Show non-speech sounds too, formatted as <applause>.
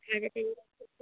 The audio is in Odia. <unintelligible>